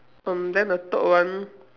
um then the third one